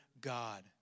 God